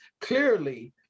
clearly